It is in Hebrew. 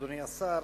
אדוני השר,